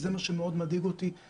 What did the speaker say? וזה מה שמדאיג מאוד אותי.